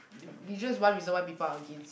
t~ they just one reason why people are against